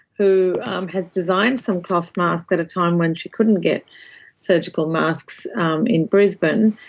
who has designed some cloth masks at a time when she couldn't get surgical masks in brisbane,